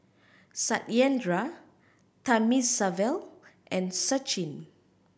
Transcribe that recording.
Satyendra Thamizhavel and Sachin